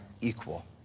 equal